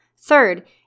Third